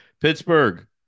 Pittsburgh